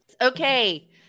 Okay